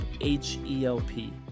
H-E-L-P